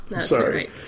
sorry